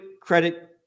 Credit